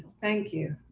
thank you,